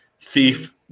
thief